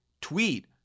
tweet